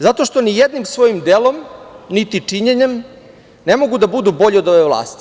Zato što ni jednim svojim delom, niti činjenjem ne mogu da budu bolji od ove vlasti.